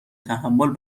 تحمل